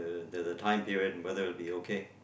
the the time period and whether be okay